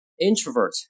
introvert